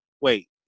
wait